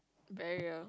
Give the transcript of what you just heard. barrier